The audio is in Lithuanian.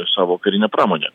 savo karinę pramonę